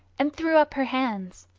and threw up her hands.